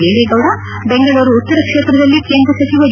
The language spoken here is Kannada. ದೇವೇಗೌಡ ಬೆಂಗಳೂರು ಉತ್ತರ ಕ್ಷೇತ್ರದಲ್ಲಿ ಕೇಂದ್ರ ಸಚಿವ ಡಿ